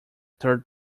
third